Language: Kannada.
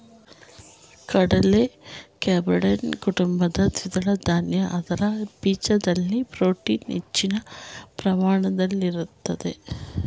ಕಡಲೆ ಫ್ಯಾಬಾಯ್ಡಿಯಿ ಕುಟುಂಬದ ದ್ವಿದಳ ಧಾನ್ಯ ಅದರ ಬೀಜದಲ್ಲಿ ಪ್ರೋಟೀನ್ ಹೆಚ್ಚಿನ ಪ್ರಮಾಣದಲ್ಲಿರ್ತದೆ